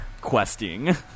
questing